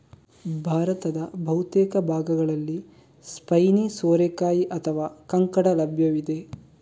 ಭಾರತದ ಬಹುತೇಕ ಭಾಗಗಳಲ್ಲಿ ಸ್ಪೈನಿ ಸೋರೆಕಾಯಿ ಅಥವಾ ಕಂಕಡ ಲಭ್ಯವಿದೆ